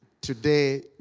Today